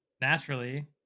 naturally